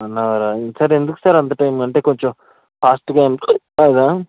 one hour ఆ sir ఎందుకు sir అంత టైం కొంచెం ఫాస్ట్గా అవ్వదా